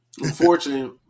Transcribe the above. Unfortunately